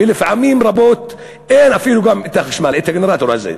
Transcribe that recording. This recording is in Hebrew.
ופעמים רבות אין אפילו את הגנרטור הזה.